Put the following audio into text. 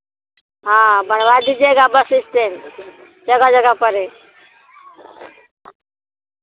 हाँ बनवा दीजिएगा बस स्टैन्ड जगह जगह पर है